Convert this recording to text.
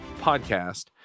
podcast